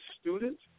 students